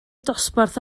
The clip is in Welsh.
dosbarth